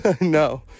No